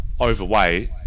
overweight